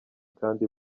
kandi